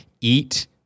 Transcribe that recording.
eat